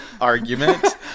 argument